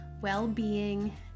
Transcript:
well-being